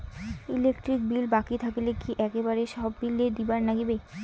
Electric bill বাকি থাকিলে কি একেবারে সব বিলে দিবার নাগিবে?